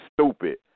stupid